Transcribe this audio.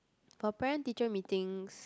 for parent teacher Meetings